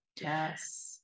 Yes